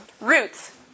Roots